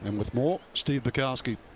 and with moore, steve burkowski.